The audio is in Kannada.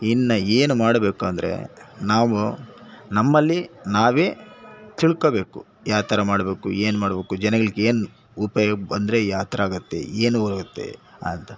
ಇನ್ನು ಏನು ಮಾಡಬೇಕು ಅಂದರೆ ನಾವು ನಮ್ಮಲ್ಲಿ ನಾವೇ ತಿಳ್ಕೋಬೇಕು ಯಾವ ಥರ ಮಾಡಬೇಕು ಏನು ಮಾಡಬೇಕು ಜನಗಳಿಗೆ ಏನು ಉಪಯೋಗ ಬಂದರೆ ಯಾವ ಥರ ಆಗತ್ತೆ ಏನು ಹೋಗುತ್ತೆ ಅಂತ